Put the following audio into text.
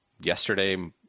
yesterday